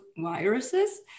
viruses